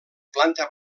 planta